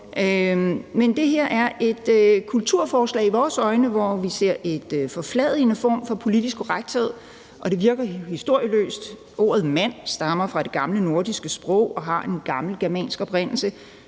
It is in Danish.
i vores øjne et kulturforslag, hvor vi ser en forfladigende form for politisk korrekthed, og det virker historieløst. Ordet mand stammer fra det gamle nordiske sprog og har en gammel germansk oprindelse.